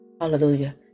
Hallelujah